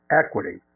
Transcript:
equity